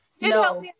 no